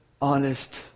honest